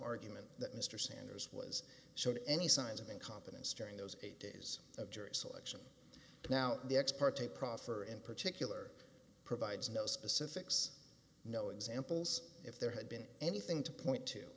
argument that mr sanders was shown any signs of incompetence during those eight days of jury selection now the ex parte proffer in particular provides no specifics no examples if there had been anything to point to